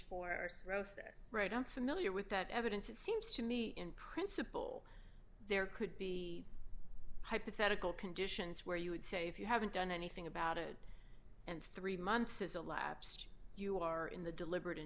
this right i'm familiar with that evidence it seems to me in principle there could be hypothetical conditions where you would say if you haven't done anything about it and three months is a lapsed you are in the deliberate in